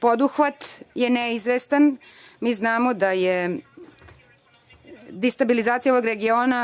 poduhvat je neizvestan. Mi znamo da je destabilizacija ovog regiona